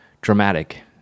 dramatic